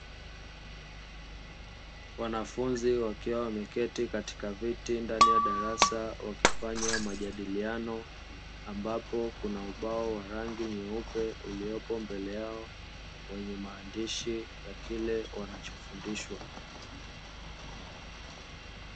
Wanafunzi wakiwa wameketi katika viti ndani ya darasa, wakifanya majadiliano ambapo kuna ubao wa rangi nyeupe uliopo mbele yao, wenye maandishi ya kile kinachofundishwa.